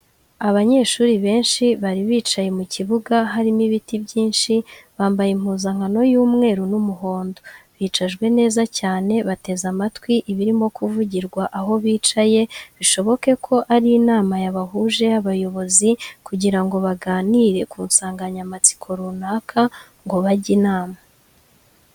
Abanyeshuri benshi bari bicaye mu kibuga harimo ibiti byinshi bambaye impuzankano y'umweru n'umuhondo. Bicajwe neza cyane bateze amatwi ibirimo kuvugirwa aho bicaye bishoboke ko ari inama yabahuje y'abayobozi kugira ngo baganire ku nsanganyamatsiko runaka ngo bajye inama .